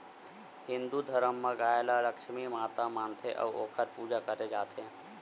हिंदू धरम म गाय ल लक्छमी माता मानथे अउ ओखर पूजा करे जाथे